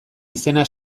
izena